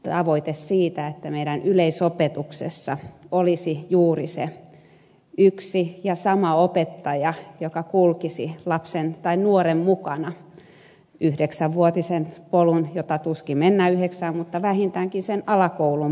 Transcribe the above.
tavoite on se että meidän yleisopetuksessamme olisi juuri se yksi ja sama opettaja joka kulkisi lapsen tai nuoren mukana yhdeksänvuotisen polun jota tuskin mennään yhdeksää vuotta mutta vähintäänkin sen alakoulun polun